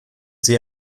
sie